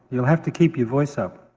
you'll have to keep your voice up.